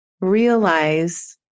realize